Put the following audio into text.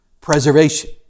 Preservation